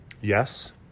Yes